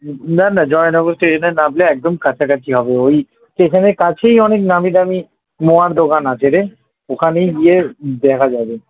হুম না না জয়নগর স্টেশান না বলে একদম কাছাকাছি হবে ওই স্টেশানের কাছেই অনেক নামীদামি মোয়ার দোকান আছে রে ওখানেই গিয়ে দেখা যাবে